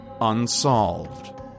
unsolved